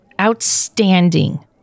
outstanding